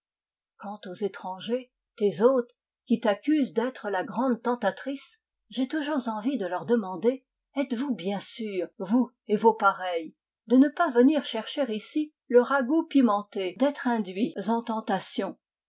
quant aux étrangers tes hôtes qui t'accusent d'être la grande tentatrice j'ai toujours envie de leur demander etes-vous bien sûrs vous et vos pareils de ne pas venir chercher ici le ragoût pimenté d'être induits en tentation